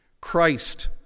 Christ